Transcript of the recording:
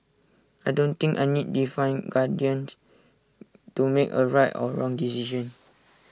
I don't think I need divine guardian to make A right or wrong decision